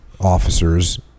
officers